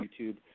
YouTube